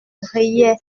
riait